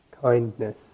kindness